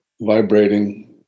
vibrating